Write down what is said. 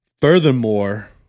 Furthermore